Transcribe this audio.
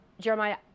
Jeremiah